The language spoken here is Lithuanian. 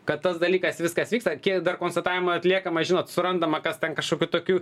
kad tas dalykas viskas vyksta kiek dar konstatavimo atliekama žinot surandama kas ten kažkokių tokių